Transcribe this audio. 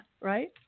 right